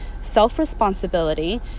self-responsibility